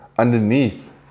underneath